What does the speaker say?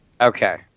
Okay